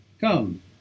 come